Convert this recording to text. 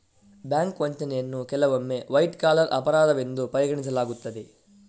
bank ವಂಚನೆಯನ್ನು ಕೆಲವೊಮ್ಮೆ white collar ಅಪರಾಧವೆಂದು ಪರಿಗಣಿಸಲಾಗುತ್ತದೆ